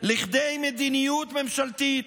לכדי מדיניות ממשלתית.